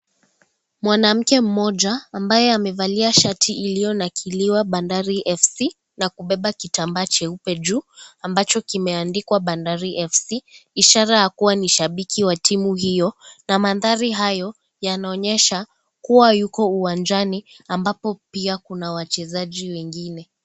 Mwanamke mmoja ambaye amevalia shati iliyonakiliwa bandari FC amebeba kitambaa jeupe juu ambacho kimeandikwa bandari FC ishara ya kuwa ni shabiki wa timu hiyo na maandhari hayo yanaonyesha kuwa yuko uwanjani ambapo pia kuna wachezaji wengine.